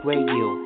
Radio